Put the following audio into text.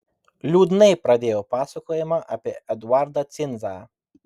liūdnai pradėjau pasakojimą apie eduardą cinzą